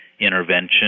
intervention